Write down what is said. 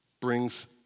brings